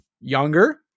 younger